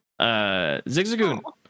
Zigzagoon